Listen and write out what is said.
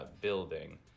building